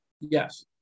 Yes